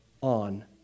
on